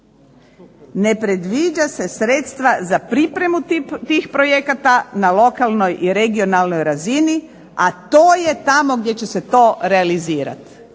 ne predviđa se sredstva za pripremu tih projekata na lokalnoj i regionalnoj razini, a to je tamo gdje će se to realizirati.